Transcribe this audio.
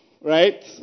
Right